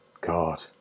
god